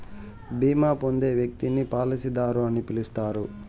బీమా పొందే వ్యక్తిని పాలసీదారు అని పిలుస్తారు